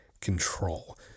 control